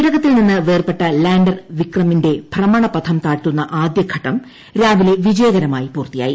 പേടകത്തിൽ നിന്ന് വേർപ്പെട്ട ലാൻഡർ വിക്രമിന്റെ ഭ്രമണപഥം താഴ്ത്തുന്ന ആദ്യഘട്ടം രാവിലെ വിജയകരമായി പൂർത്തിയായി